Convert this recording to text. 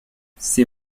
ces